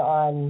on